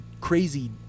crazy